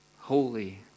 holy